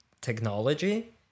technology